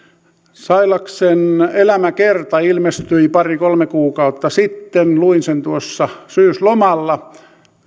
sailaksen elämäkerta ilmestyi pari kolme kuukautta sitten luin sen tuossa syyslomalla